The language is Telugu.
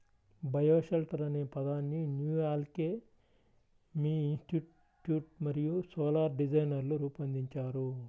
బయోషెల్టర్ అనే పదాన్ని న్యూ ఆల్కెమీ ఇన్స్టిట్యూట్ మరియు సోలార్ డిజైనర్లు రూపొందించారు